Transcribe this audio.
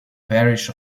parish